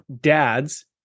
dads